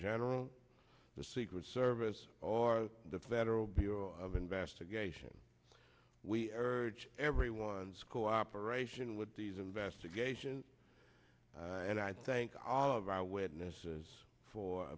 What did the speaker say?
general the secret service or the federal bureau of investigation we urge everyone's cooperation with these investigations and i thank all of our witnesses for